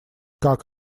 как